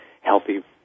healthy